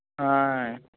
ఆయ్